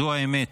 זו האמת.